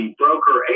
broker